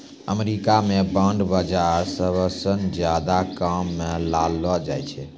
अमरीका म बांड बाजार सबसअ ज्यादा काम म लानलो जाय छै